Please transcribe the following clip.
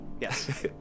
Yes